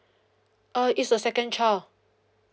uh it's a second child